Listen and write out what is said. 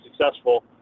successful